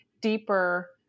deeper